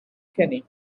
kenny